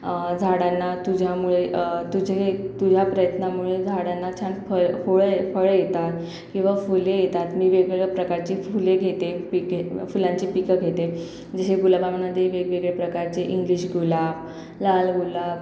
झाडांना तुझ्यामुळे तुझे तुझ्या प्रयत्नांमुळे झाडांना छान फळं फुळं फळं येतात किंवा फुले येतात वेगवेगळ्या प्रकारची फुले घेते पिके फुलांची पिकं घेते जसे गुलाबामध्ये वेगवेगळ्या प्रकारचे इंग्लिश गुलाब लाल गुलाब